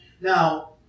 now